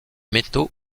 métaux